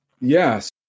Yes